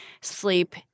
sleep